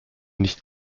nicht